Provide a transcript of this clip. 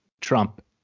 Trump